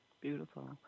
Beautiful